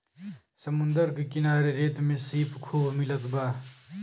समुंदर के किनारे रेत में सीप खूब मिलत बा